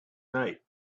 night